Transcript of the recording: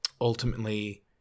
ultimately